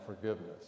forgiveness